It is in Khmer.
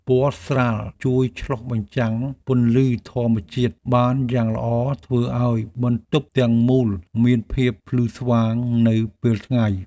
ពណ៌ស្រាលជួយឆ្លុះបញ្ចាំងពន្លឺធម្មជាតិបានយ៉ាងល្អធ្វើឱ្យបន្ទប់ទាំងមូលមានភាពភ្លឺស្វាងនៅពេលថ្ងៃ។